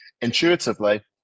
intuitively